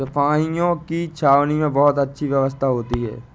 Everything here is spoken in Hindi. सिपाहियों की छावनी में बहुत अच्छी व्यवस्था होती है